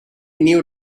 new